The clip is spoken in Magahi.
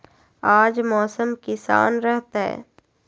आज मौसम किसान रहतै?